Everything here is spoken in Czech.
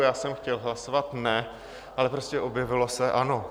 Já jsem chtěl hlasovat ne, ale prostě se objevilo ano.